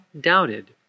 doubted